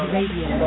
Radio